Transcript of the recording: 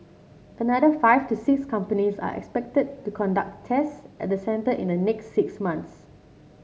another five to six companies are expected to conduct tests at the centre in the next six months